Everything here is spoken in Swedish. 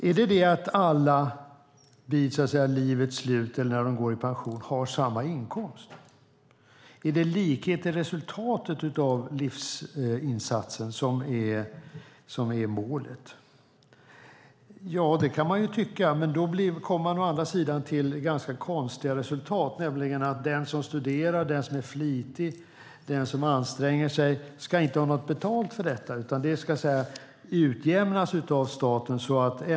Är det att alla så att säga vid livets slut eller när de går i pension har samma inkomst? Är det likhet i resultatet av livsinsatsen som är målet? Det kan man ju tycka. Å andra sidan kommer man då till ganska konstiga resultat, nämligen att den som studerar, den som är flitig och den som anstränger sig inte ska ha betalt för detta, utan det ska utjämnas av staten.